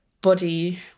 body